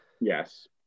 Yes